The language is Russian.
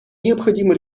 необходимо